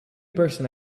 person